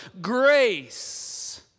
grace